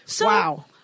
Wow